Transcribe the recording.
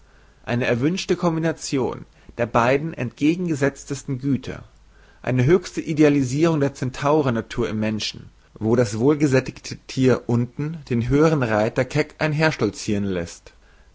eine erwünschte kombination der beiden entgegengeseztesten güter eine höchste idealisirung der zentaurennatur im menschen wo das wohlgesättigte thier unten den höhern reiter kek einherstolziren läßt